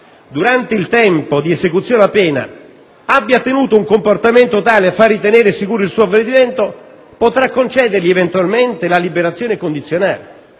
durante il tempo di esecuzione della pena abbia tenuto un comportamento tale da fare ritenere sicuro il suo ravvedimento, potrà concedergli eventualmente la liberazione condizionata.